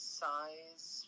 size